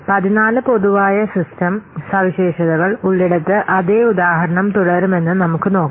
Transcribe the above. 14 പൊതുവായ സിസ്റ്റം സവിശേഷതകൾ ഉള്ളിടത്ത് അതേ ഉദാഹരണം തുടരുമെന്ന് നമുക്ക് നോക്കാം